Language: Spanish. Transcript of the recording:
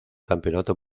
campeonato